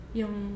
yung